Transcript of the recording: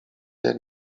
jak